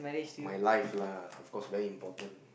my life lah of course very important